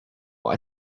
but